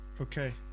Okay